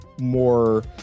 more